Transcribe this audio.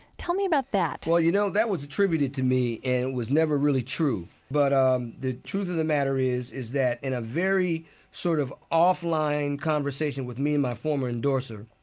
tell me about that well, you know, that was attributed to me, and it was never really true. but um the truth of the matter is, is that, in a very sort of offline conversation with me and my former endorser,